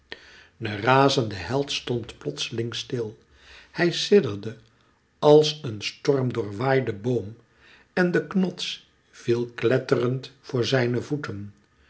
de razende held stond plotseling stil hij sidderde als een storm doorwaaiden boom en de knots viel kletterend voor zijne voeten